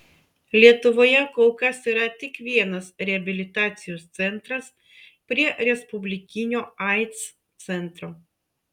lietuvoje kol kas yra tik vienas reabilitacijos centras prie respublikinio aids centro